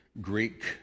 Greek